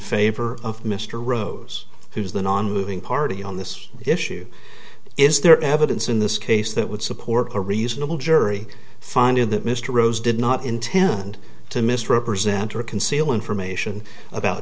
favor of mr rose who's the nonmoving party on this issue is there evidence in this case that would support a reasonable jury finding that mr rose did not intend to misrepresent or conceal information about